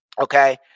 Okay